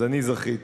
אז אני זכיתי.